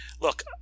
look